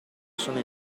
sono